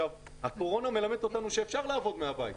הקורונה מלמדת אותנו שאפשר לעבוד מהבית.